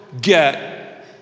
get